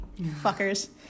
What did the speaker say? Fuckers